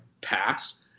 pass